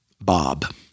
Bob